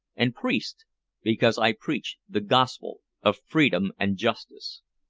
and priest because i preach the gospel of freedom and justice.